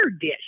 dish